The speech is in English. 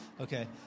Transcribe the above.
Okay